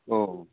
औ